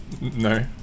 No